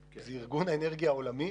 זה ארגון האנרגיה העולמי,